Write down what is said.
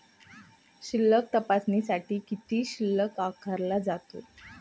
शिल्लक तपासण्यासाठी किती शुल्क आकारला जातो?